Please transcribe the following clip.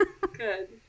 Good